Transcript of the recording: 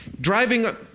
driving